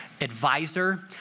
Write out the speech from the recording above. advisor